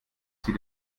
sie